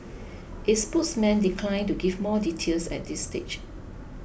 its spokesman declined to give more details at this stage